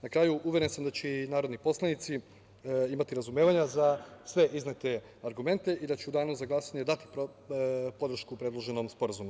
Na kraju, uveren sam da će i narodni poslanici imati razumevanja za sve iznete argumente i da će u danu za glasanje dati podršku predloženom sporazumu.